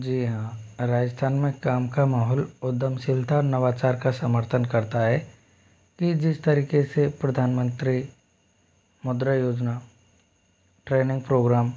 जी हाँ राजस्थान में काम का माहौल उधमाशीलता नवाचार का समर्थन करता है कि जिस तरीके से प्रधानमंत्री मुद्रा योजना ट्रेनिंग प्रोग्राम